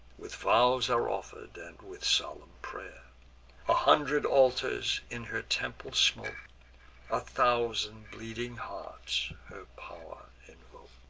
with vows are offer'd, and with solemn pray'r a hundred altars in her temple smoke a thousand bleeding hearts her pow'r invoke.